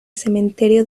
cementerio